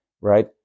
right